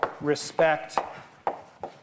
respect